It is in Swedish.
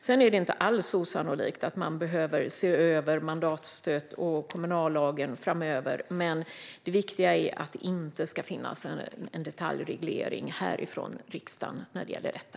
Sedan är det inte alls osannolikt att man behöver se över mandatstödet och kommunallagen framöver, men det viktiga är att det inte ska ske någon detaljreglering härifrån riksdagen när det gäller detta.